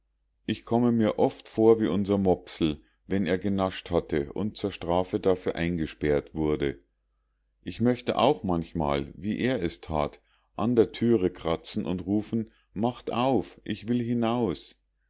ich komme mir oft vor wie unser mopsel wenn er genascht hatte und zur strafe dafür eingesperrt wurde ich möchte auch manchmal wie er es that an der thüre kratzen und rufen macht auf ich will hinaus